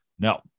No